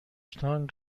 تان